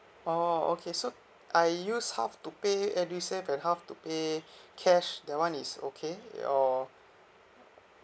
oh okay so I use half to pay edusave and half to pay cash that one is okay or